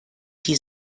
die